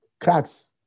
cracks